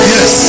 Yes